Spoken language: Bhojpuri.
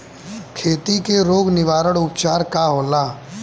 खेती के रोग निवारण उपचार का होला?